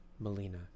Melina